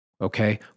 Okay